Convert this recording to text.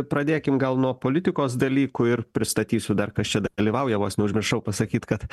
pradėkim gal nuo politikos dalykų ir pristatysiu dar kas čia dalyvauja vos neužmiršau pasakyt kad